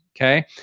okay